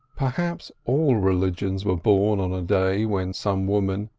perhaps all religions were born on a day when some woman,